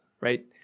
right